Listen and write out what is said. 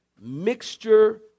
mixture